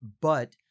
but-